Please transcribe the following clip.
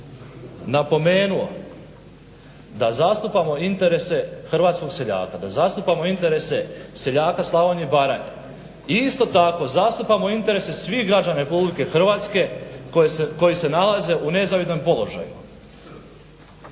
napomenuo da zastupamo interese hrvatskog seljaka, da zastupamo interese seljaka Slavonije i Baranje i isto tako zastupamo interese svih građana Republike Hrvatske koji se nalaze u nezavidnom položaju.